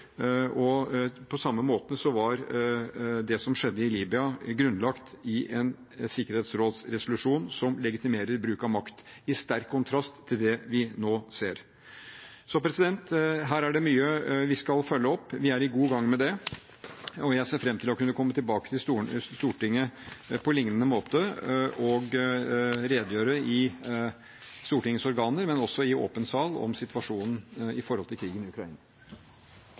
og på samme måte var det som skjedde i Libya, grunnlagt i en sikkerhetsrådsresolusjon som legitimerer bruk av makt, i sterk kontrast til det vi nå ser. Her er det mye vi skal følge opp. Vi er i god gang med det, og jeg ser fram til å kunne komme tilbake til Stortinget på lignende måte og redegjøre, i Stortingets organer, men også i åpen sal, om situasjonen i forhold til krigen i Ukraina.